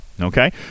okay